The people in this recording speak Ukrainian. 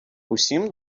всім